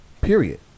Period